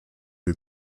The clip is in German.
die